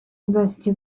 university